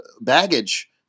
baggage